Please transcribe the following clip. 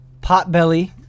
Potbelly